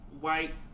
white